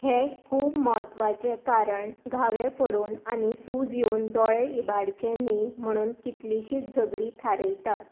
हें खूब म्हत्वाचें कारण घावे पडून आनी सूज येवन दोळे इबाडचे न्ही म्हुणून कितलिशींच झगडीं थारायतात